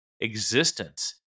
existence